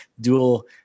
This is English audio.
dual